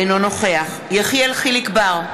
אינו נוכח יחיאל חיליק בר,